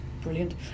brilliant